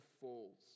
falls